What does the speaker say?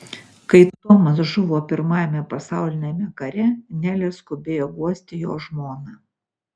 kai tomas žuvo pirmajame pasauliniame kare nelė skubėjo guosti jo žmoną